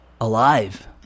alive